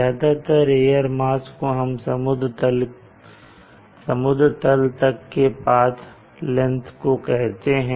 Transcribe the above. ज्यादातर air mass को हम समुद्र तल तक के पाथ लेंगथ को कहते हैं